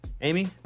Amy